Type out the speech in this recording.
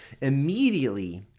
immediately